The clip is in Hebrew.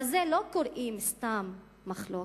לזה לא קוראים סתם מחלוקת.